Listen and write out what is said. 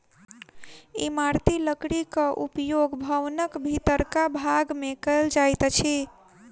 इमारती लकड़ीक उपयोग भवनक भीतरका भाग मे कयल जाइत अछि